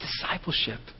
discipleship